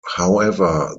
however